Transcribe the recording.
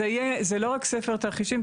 זה לא רק ספר תרחישים,